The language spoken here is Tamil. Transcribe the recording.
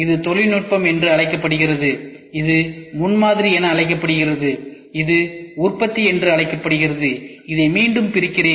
இது தொழில்நுட்பம் என்று அழைக்கப்படுகிறது இது முன்மாதிரி என அழைக்கப்படுகிறது இது உற்பத்தி என்று அழைக்கப்படுகிறது இதை மீண்டும் பிரிக்கின்றேன்